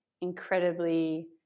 incredibly